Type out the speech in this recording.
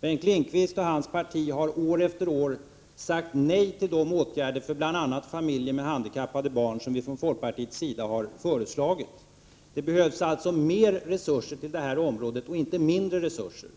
Bengt Lindqvist och hans parti har år efter år sagt nej till de åtgärder som folkpartiet föreslagit för bl.a. familjer med handikappade barn. Det behövs alltså mer resurser till detta område, inte mindre resurser.